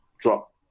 drop